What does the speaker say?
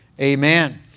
Amen